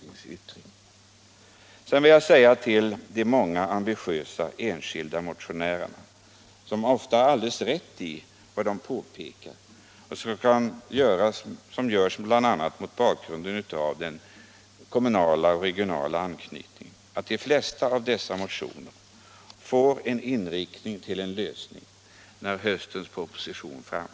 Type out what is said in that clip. Slutligen vill jag säga till de många ambitiösa, enskilda motionärerna — som har alldeles rätt i sina påpekanden, som görs bl.a. mot bakgrund av den kommunala och regionala anknytningen — att de flesta av de här motionerna får en inriktning mot en lösning när höstens proposition läggs fram.